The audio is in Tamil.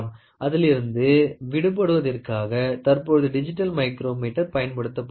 அதிலிருந்து விடுபடுவதற்காக தற்பொழுது டிஜிட்டல் மைக்ரோமீட்டர் பயன்படுத்தப்படுகிறது